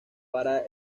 para